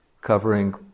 covering